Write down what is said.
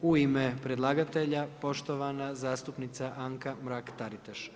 U ime predlagatelja poštovana zastupnica Anka Mrak-Taritaš.